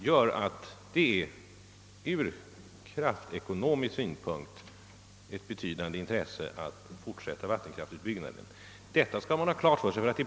Därför är det ur kraftekonomisk synpunkt ett betydande intresse att fortsätta vattenkraftsutbyggnaden. Detta skall man ha klart för sig.